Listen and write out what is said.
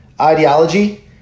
ideology